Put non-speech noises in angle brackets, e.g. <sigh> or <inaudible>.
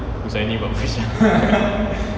huzaini buat push-up <laughs>